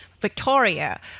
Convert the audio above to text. Victoria